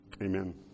Amen